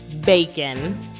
bacon